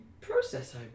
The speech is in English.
process